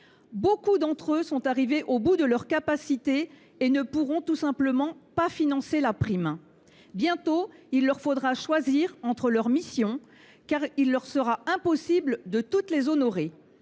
Beaucoup d’entre eux sont arrivés au bout de leurs capacités et ne pourront tout simplement pas financer la prime. Bientôt, il leur faudra choisir entre leurs missions, car il leur sera impossible de toutes les honorer.